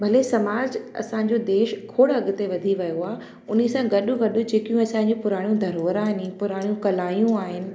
भले समाज असांजो देश खोड़ अॻिते वधी वियो आहे उन सां गॾु गॾु जेकियूं असांजियू पुराणीयूं धरोवरानी पुराणियूं कलाऊं आहिनि